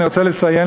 אני רוצה לציין,